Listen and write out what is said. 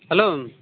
hello